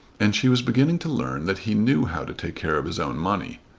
and she was beginning to learn that he knew how to take care of his own money.